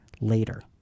later